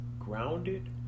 grounded